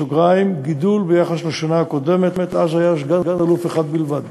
גידול ביחס לשנה הקודמת, אז היה סא"ל אחד בלבד.